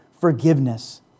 forgiveness